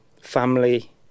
family